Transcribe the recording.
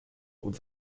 und